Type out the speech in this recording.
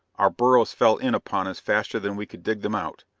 our burrows fell in upon us faster than we could dig them out!